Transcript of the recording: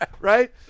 right